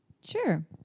Sure